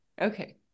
okay